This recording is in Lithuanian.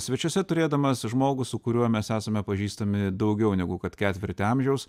svečiuose turėdamas žmogų su kuriuo mes esame pažįstami daugiau negu kad ketvirtį amžiaus